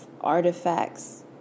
artifacts